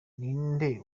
ninde